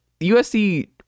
usc